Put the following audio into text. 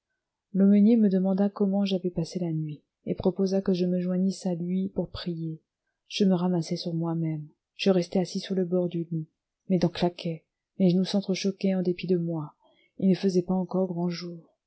l'aumônier me demanda comment j'avais passé la nuit et proposa que je me joignisse à lui pour prier je me ramassai sur moi-même je restai assis sur le bord du lit mes dents claquaient mes genoux s'entre-choquaient en dépit de moi il ne faisait pas encore grand jour